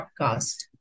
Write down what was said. podcast